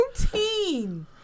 routine